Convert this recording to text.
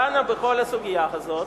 דנה בכל הסוגיה הזאת,